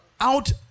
out